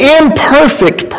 imperfect